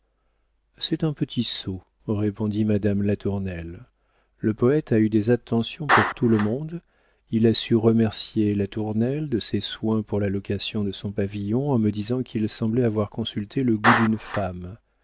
c'est un petit sot répondit madame latournelle le poëte a eu des attentions pour tout le monde il a su remercier latournelle de ses soins pour la location de son pavillon en me disant qu'il semblait avoir consulté le goût d'une femme